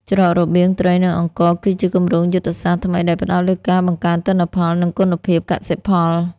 ច្រករបៀងត្រី និងអង្ករ គឺជាគម្រោងយុទ្ធសាស្ត្រថ្មីដែលផ្តោតលើការបង្កើនទិន្នផល និងគុណភាពកសិផល។